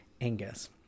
Angus